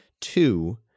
two